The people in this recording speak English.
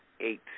eight